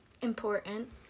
important